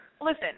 listen